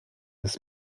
des